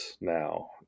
now